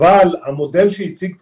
אבל המודל שהציג פרופ'